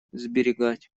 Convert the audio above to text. сберегать